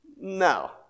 No